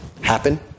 happen